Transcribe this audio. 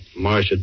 Marsha